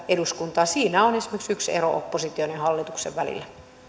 eduskuntaan siinä on esimerkiksi yksi ero opposition ja hallituksen välillä